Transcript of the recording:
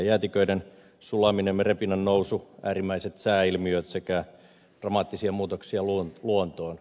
jäätiköiden sulaminen merenpinnan nousu äärimmäiset sääilmiöt sekä dramaattisia muutoksia luontoon